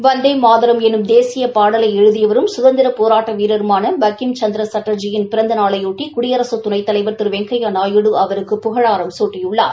வந்தே மாதரம் எனும் தேசிய பாடலை எழுதியவரும் கதந்திரப் பேராட்ட வீரருமான பங்கிம் சந்திர ளட்டர்ஜி யின் பிறந்தநாளைபொட்டி குடியரக துணைத்தவைர் திரு வெங்கையா நாயுடு அவருக்கு புகழாரம் சூட்டியுள்ளார்